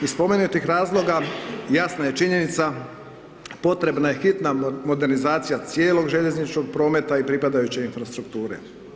Iz spomenutih razloga jasna je činjenica potrebna je hitna modernizacija cijelog željezničkog prometa i pripadajuće infrastrukture.